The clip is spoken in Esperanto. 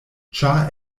ĉar